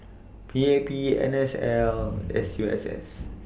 P A P N S L S U S S